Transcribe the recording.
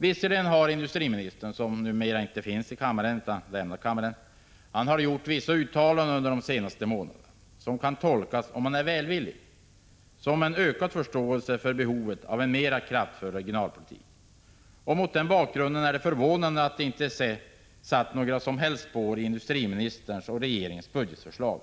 Visserligen har industriministern, som nu har lämnat kammaren, gjort vissa uttalanden under de senaste månaderna som, om man är välvillig, kan tolkas som en ökad förståelse för behovet av en mera kraftfull regionalpolitik. Mot den bakgrunden är det förvånande att detta inte satt några som helst spår i industriministerns och regeringens budgetförslag.